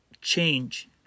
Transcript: change